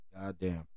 Goddamn